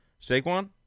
Saquon